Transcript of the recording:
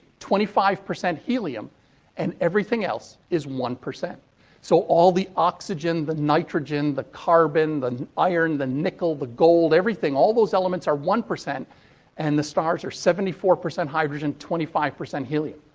twenty five percent helium and everything else is one. so, all the oxygen, the nitrogen, the carbon, the iron, the nickel, the gold. everything. all those elements are one percent and the stars are seventy four percent hydrogen, twenty five percent helium.